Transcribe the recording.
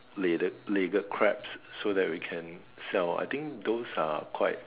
ledded legged crabs so that we can sell I think those are quite